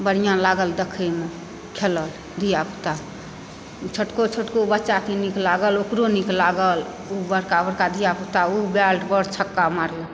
बढ़िया लागल देखैमे खेलल धिया पुता छोटको छोटको बच्चाके नीक लागल ओकरो नीक लागल ऊ बड़का बड़का धिया पुता ऊ बैटबॉल छक्का मारलक